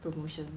promotion